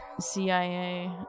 CIA